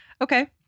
Okay